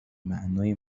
معنای